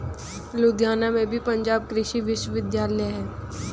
लुधियाना में भी पंजाब कृषि विश्वविद्यालय है